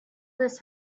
this